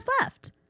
left